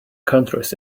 countries